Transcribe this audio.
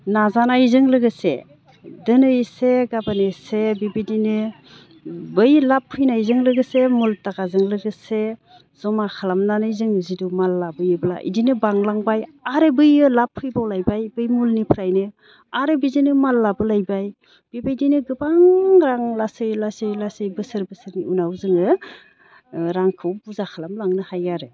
नाजानायजों लोगोसे दिनै एसे गाबोन एसे बेबायदिनो बै लाब फैनायजों लोगोसे बे मुल थाखाजों लोगोसे जमा खालामनानै जों जितु माल लाबोयोब्ला इदिनो बांलांबाय आरो बैयो लाब फैबावलायबाय बै मुलनिफ्रायनो आरो बिदिनो माल लाबोलायबाय बेबायदिनो गोबां रां लासै लासै लासै बोसोर बोसोरनि उनाव जोङो ओ रांखौ बुरजा खालामलांनो हायो आरो